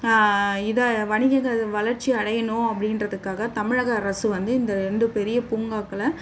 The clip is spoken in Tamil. இது வணிகங்கள் வளர்ச்சி அடையணும் அப்படின்றதுக்காக தமிழக அரசு வந்து இந்த ரெண்டு பெரிய பூங்காக்களை